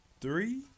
three